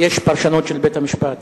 יש פרשנות של בית-המשפט,